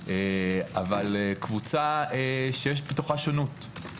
אבל קבוצה שיש בתוכה שונות.